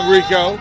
Rico